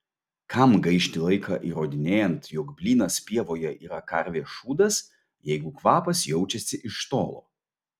kam gaišti laiką įrodinėjant jog blynas pievoje yra karvės šūdas jeigu kvapas jaučiasi iš tolo